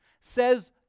says